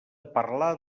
parlar